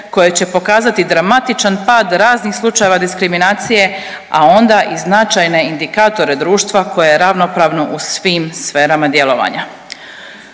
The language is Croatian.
koje će pokazati dramatičan pad raznih slučajeva diskriminacije, a onda i značajne indikatore društva koje je ravnopravno u svim sferama djelovanja.